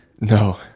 No